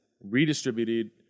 redistributed